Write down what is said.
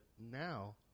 now